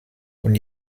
und